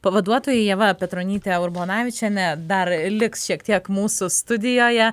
pavaduotojai ieva petronytė urbonavičienė dar liks šiek tiek mūsų studijoje